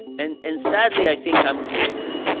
and and sadly, i think i'm creative